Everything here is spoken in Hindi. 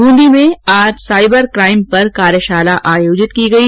ब्रंदी में आज साइबर काइम पर कार्यशाला आयोजित की गई